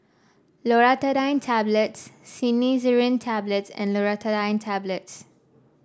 Loratadine Tablets Cinnarizine Tablets and Loratadine Tablets